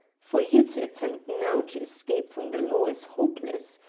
for you to attempt now to escape from the law is hopeless.